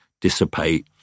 dissipate